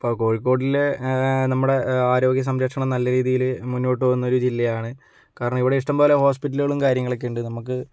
ഇപ്പോൾ കോഴിക്കോടിൽ നമ്മുടെ ആരോഗ്യ സംരക്ഷണം നല്ല രീതിയിൽ മുന്നോട്ട് പോകുന്നൊരു ജില്ലയാണ് കാരണം ഇവിടെ ഇഷ്ടംപോലെ ഹോസ്പിറ്റലുകളും കാര്യങ്ങളൊക്കെ ഉണ്ട് നമുക്ക്